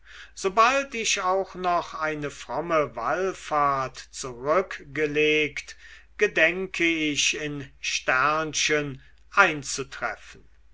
sobald ich auch noch eine fromme wallfahrt zurückgelegt gedenke ich in einzutreffen